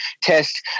test